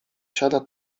siada